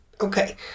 Okay